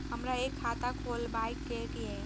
हमरा एक खाता खोलाबई के ये?